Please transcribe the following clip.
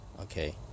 okay